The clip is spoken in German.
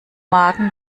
magen